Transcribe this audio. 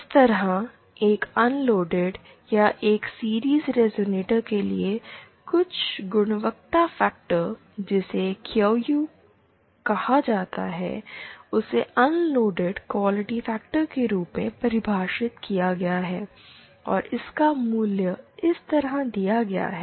इस तरह एक अनलोडेड या एक सीरिज़ रिजोनेटर के लिए कुछ गुणवत्ता फैक्टर जिसे क्यू यू कहा जाता है उसे अनलोडेड क्वालिटी फैक्टर के रूप में परिभाषित किया गया है और इसका मूल्य इस तरह दिया गया है